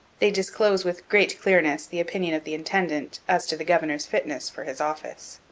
they disclose with great clearness the opinion of the intendant as to the governor's fitness for his office.